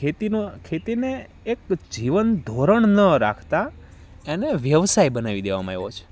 ખેતીનો ખેતીને એક જીવનધોરણ ન રાખતા એને વ્યવસાય બનાવી દેવામાં આવ્યો છે